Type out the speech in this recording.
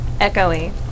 echoey